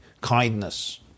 kindness